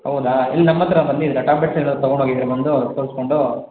ಹೌದಾ ಇಲ್ಲಿ ನಮ್ಮ ಹತ್ರ ಬಂದಿದ್ದಿರಾ ಟಾಬ್ಲೆಟ್ಸ್ ಎಲ್ಲ ತಗೊಂಡು ಹೋಗಿದ್ದಿರಾ ಬಂದು ತೋರ್ಸ್ಕೊಂಡು